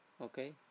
okay